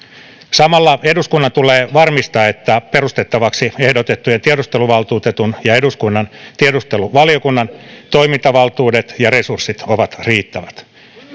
samalla eduskunnan tulee varmistaa että perustettavaksi ehdotettujen tiedusteluvaltuutetun ja eduskunnan tiedusteluvaliokunnan toimintavaltuudet ja resurssit ovat riittävät